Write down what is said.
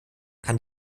kann